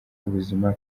ubuzima